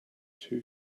two